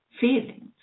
feelings